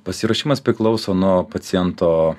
pasiruošimas priklauso nuo paciento